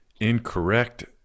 incorrect